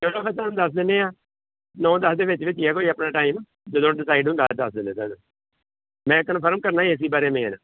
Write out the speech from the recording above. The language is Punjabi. ਚਲੋ ਫਿਰ ਤੁਹਾਨੂੰ ਦੱਸ ਦਿੰਦੇ ਹਾਂ ਨੌਂ ਦਸ ਦੇ ਵਿੱਚ ਵਿੱਚ ਹੀ ਹੈ ਕੋਈ ਆਪਣਾ ਟਾਈਮ ਜਦੋਂ ਡਿਸਾਈਡ ਹੁੰਦਾ ਦੱਸ ਦਿੰਦੇ ਤੁਹਾਨੂੰ ਮੈਂ ਕਨਫਰਮ ਕਰਨਾ ਸੀ ਏ ਸੀ ਬਾਰੇ ਮੇਨ